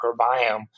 microbiome